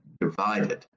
divided